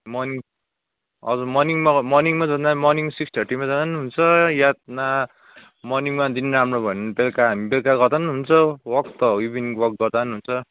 morning हजुर मर्निङमा मर्निङमा जाँदा मर्निङ सिक्स थर्टीमा जाँदा पनि हुन्छ या ना मर्निङमा दिन राम्रो भयो भने बेलुका हामी बेलुका गर्दा पनि हुन्छ वक त हो इभिनिङ वक गर्दा पनि हुन्छ